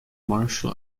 martial